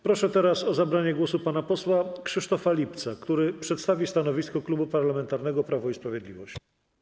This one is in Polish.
Proszę teraz o zabranie głosu pana posła Krzysztofa Lipca, który przedstawi stanowisko Klubu Parlamentarnego Prawo i Sprawiedliwość.